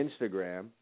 Instagram